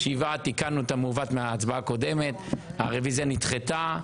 תיקנו את המעוות מההצבעה הקודמת, הרוויזיה נדחתה.